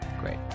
Great